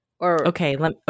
Okay